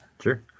Sure